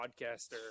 podcaster